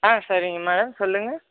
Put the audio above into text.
ஆ சரிங்க மேடம் சொல்லுங்கள்